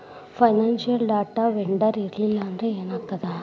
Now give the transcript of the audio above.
Financial data vendor ಇರ್ಲ್ಲಿಲ್ಲಾಂದ್ರ ಏನಾಗ್ತದ?